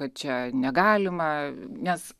kad čia negalima nes